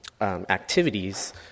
activities